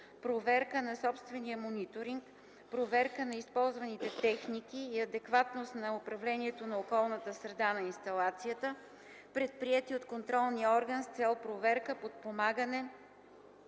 проверка на собствения мониторинг, проверка на използваните техники и адекватност на управлението на околната среда на инсталацията, предприети от контролния орган с цел проверка, подпомагане